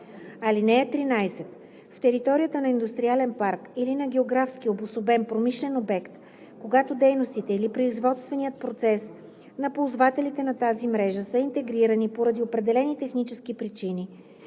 14: „(13) За територията на индустриален парк или на географски обособен промишлен обект, когато дейностите или производственият процес на ползвателите на тази мрежа са интегрирани поради определени технически причини